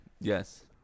yes